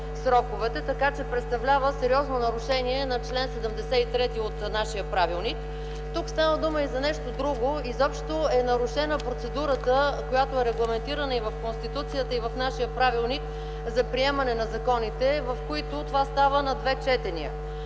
така че представлява сериозно нарушение на чл. 73 от нашия правилник. Тук става дума и за нещо друго. Изобщо е нарушена процедурата, която е регламентирана и в Конституцията, и в нашия правилник, за приемане на законите, в които това става на две четения.